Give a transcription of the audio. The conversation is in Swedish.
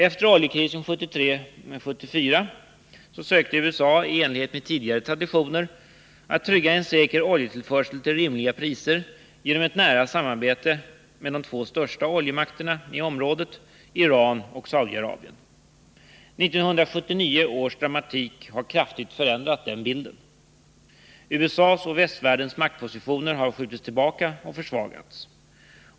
Efter oljekrisen 1973-1974 sökte USA, i enlighet med tidigare traditioner, trygga en säker oljetillförsel till rimliga priser genom ett nära samarbete med de två största oljemakterna i det aktuella området, Iran och Saudiarabien. 1979 års dramatik har kraftigt förändrat bilden: USA:s och västvärldens maktpositioner har skjutits tillbaka och försvagats.